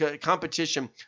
competition